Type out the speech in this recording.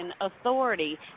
authority